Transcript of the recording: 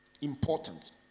important